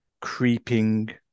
creeping